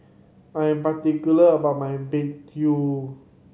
I am particular about my begedil